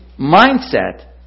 mindset